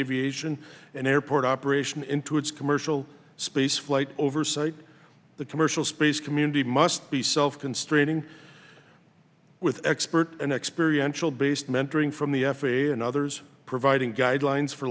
aviation and airport operation into its commercial spaceflight oversight the commercial space community must be self constraining with expert and experiential based mentoring from the f a a and others providing guidelines for